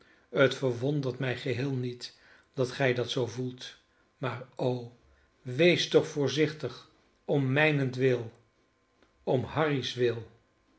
het verwondert mij geheel niet dat gij dat zoo voelt maar o wees toch voorzichtig om mijnentwil om harry's wil